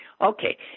Okay